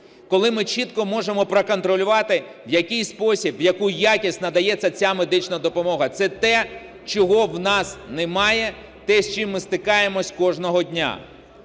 коли ми чітко можемо проконтролювати, в який спосіб, в яку якість надається ця медична допомога. Це те, чого у нас немає, те, з чим ми стикаємося кожного дня.